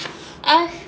ah